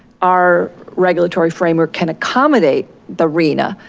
our regulatory framework can accommodate the rhna